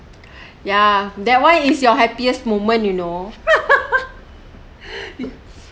ya that one is your happiest moment you know